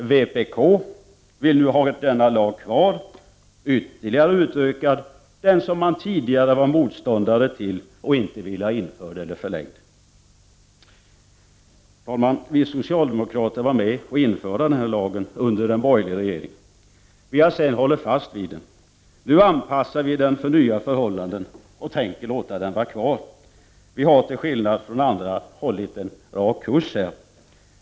Vpk vill nu ha kvar och ytterligare utöka denna lag, som man tidigare var bestämd motståndare till och inte ville ha införd eller förlängd. Vi socialdemokrater var med om att införa denna lag under en borgerlig regering. Vi har sedan hållit fast vid den. Nu anpassar vi den efter nya förhållanden och tänker låta den vara kvar. Vi har — till skillnad från andra — hållit en rak kurs.